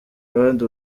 abandi